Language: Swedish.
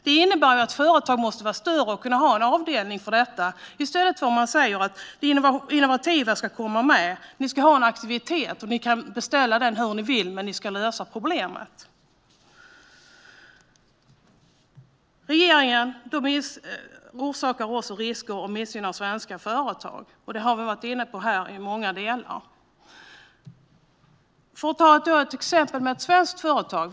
Det innebär att företag måste vara större och ha en avdelning för detta. I stället skulle man kunna säga: Det innovativa ska komma med. Ni ska ha en aktivitet. Ni kan beställa den hur ni vill, men ni ska lösa problemet. Regeringen riskerar att missgynna svenska företag. Det har vi varit inne på i många delar. Jag kan ta ett exempel med ett svenskt företag.